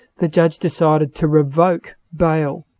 the judge decided to revoke bail.